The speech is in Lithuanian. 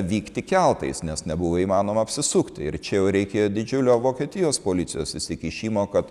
vykti keltais nes nebuvo įmanoma apsisukti ir čia jau reikėjo didžiulio vokietijos policijos įsikišimo kad